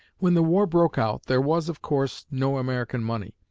when the war broke out, there was, of course, no american money.